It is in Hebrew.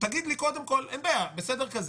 תגיד לי: נפעל בסדר כזה,